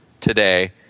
today